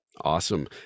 Awesome